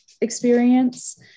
experience